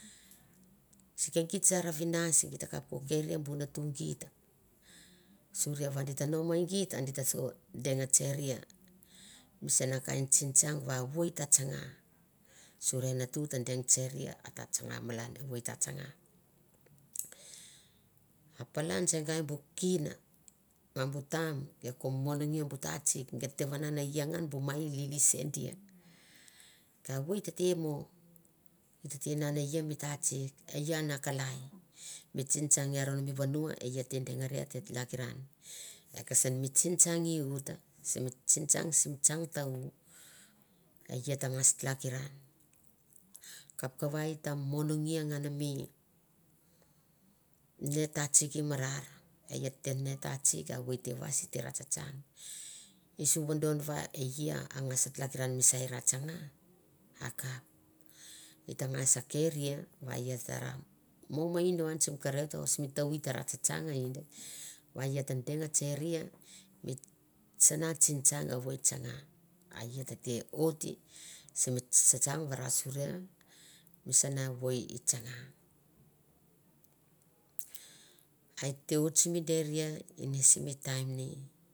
Si ke geit sa vinais geit takap ko keri bu natu geit suria va geit ta nome geit a geit ta deng tseria bu sara kain tsingtsang va evoi ta tsanga, suria e natu ta deng tseria a ta tsanga malan evoi ta tsanga. A palan se gai bu kina ma bi tam gai ko mon gei bu tatsik geit te vanane ai ngan bu mai lili se dia. A evoi tete mo e tete nane ai mi tatsik e ian a kalai. Mi tsingtsang i aron mi vanu e i ate dengaria a e i ate hakiran e kesen mi tsingtsang i u- ta simi tsingtsang na tsang ta- u e ia tangas hakiran kap kavu e ta mungia ngan mi n'ne tatsik i marar, e ia te nne tatsik a evoi te vais nge ra tsatsang. E su vodon va e i a ngas hakiran mi sa e ra tsanga, akape ta ngas keria va e i tara mo me ino sim kerot o simi ta- u e tara tsatsang inda va ia ta deng tseria, mi sana tsingtsang evoi tsanga a e ia tete oit simi tsatsang varasoria misana sinavai i tsanga. A e te oit sim deria ne simi taim ni